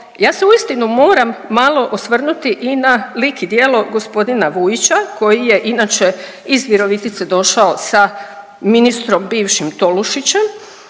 ja se uistinu moram malo osvrnuti i na lik i djelo g. Vujića koji je inače iz Virovitice došao sa ministrom bivšim Tolušićem,